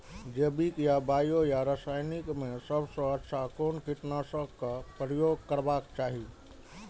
जैविक या बायो या रासायनिक में सबसँ अच्छा कोन कीटनाशक क प्रयोग करबाक चाही?